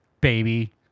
Baby